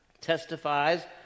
testifies